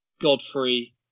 Godfrey